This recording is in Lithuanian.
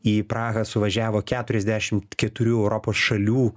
į prahą suvažiavo keturiasdešimt keturių europos šalių